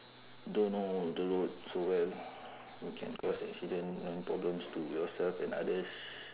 don't know the road so well you can cause accident then problems to yourself and others